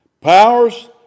powers